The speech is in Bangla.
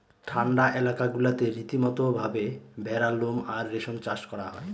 ঠান্ডা এলাকা গুলাতে রীতিমতো ভাবে ভেড়ার লোম আর রেশম চাষ করা হয়